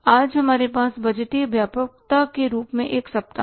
आज हमारे पास बजटीय व्यापकता के रूप में एक सप्ताह है